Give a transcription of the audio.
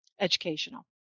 educational